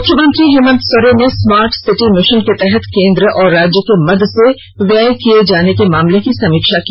मुख्यमंत्री हेमंत सोरेन ने smart city मिान के तहत केंद्र और राज्य के मद से व्यय किये जाने के मामले की समीक्षा की